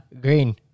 Green